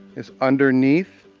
is underneath.